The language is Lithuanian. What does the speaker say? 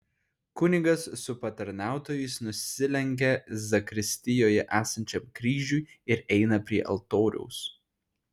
kunigas su patarnautojais nusilenkia zakristijoje esančiam kryžiui ir eina prie altoriaus